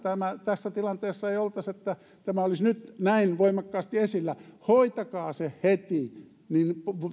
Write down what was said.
ei oltaisi tässä tilanteessa että tämä on nyt näin voimakkaasti esillä hoitakaa se heti niin